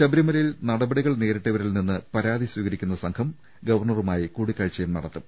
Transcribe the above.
ശബരിമലയിൽ നടപടികൾ നേരിട്ടവരിൽ നിന്ന് പരാതി സ്വീകരിക്കുന്ന സംഘം ഗവർണറുമായി കൂടിക്കാഴ്ചയും നടത്തും